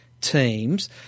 teams